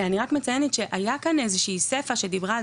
אני רק מציינת שהייתה כאן איזה שהיא סיפה שדיברה על זה